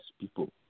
people